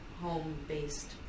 home-based